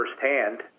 firsthand